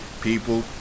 people